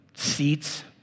seats